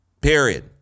Period